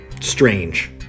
strange